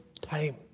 time